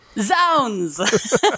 Zounds